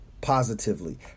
positively